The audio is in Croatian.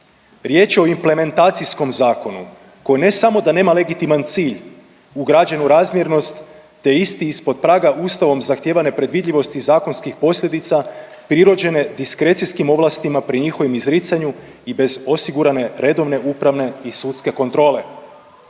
Riječ je o implementacijskom zakonu koji ne samo da nema legitiman cilj ugrađen u razmjernost te je isti ispod praga ustavom zahtijevane predvidljivosti zakonskih posljedica prirođene diskrecijskim ovlastima pri njihovom izricanju i bez osigurane redovne upravne i sudske kontrole.